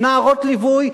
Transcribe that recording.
נערות ליווי.